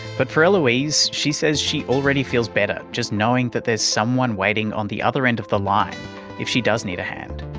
but for eloise, she says she already feels better just knowing there's someone waiting on the other end of the line if she does need a hand.